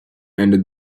ended